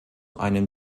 einem